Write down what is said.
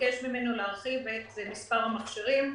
וביקש ממנו להרחיב את מספר המכשירים,